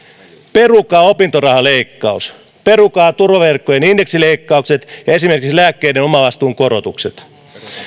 perukaa opintorahaleikkaus perukaa turvaverkkojen indeksileikkaukset ja esimerkiksi lääkkeiden omavastuun korotukset